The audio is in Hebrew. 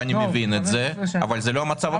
אני מבין את זה אבל זה לא המצב החוקי.